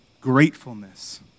Gratefulness